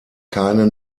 keine